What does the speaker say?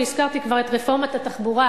כי הזכרתי כבר את רפורמת התחבורה,